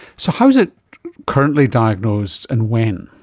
so how is it currently diagnosed and when?